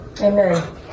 Amen